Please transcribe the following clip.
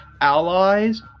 allies